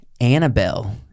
Annabelle